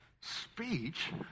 speech